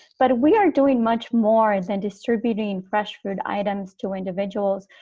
but we are doing much more than distributing fresh food items to individuals.